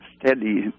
steady